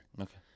Okay